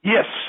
Yes